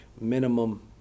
minimum